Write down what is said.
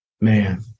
Man